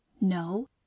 No